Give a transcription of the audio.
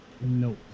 No